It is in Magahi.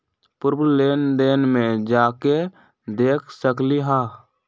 पूर्व लेन देन में जाके देखसकली ह?